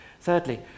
Thirdly